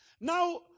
Now